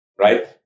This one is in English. Right